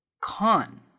Con